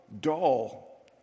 dull